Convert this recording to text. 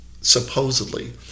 supposedly